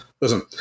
Listen